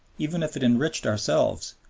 even if it enriched ourselves,